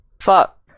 Fuck